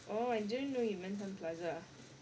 orh I didn't know you meant sun plaza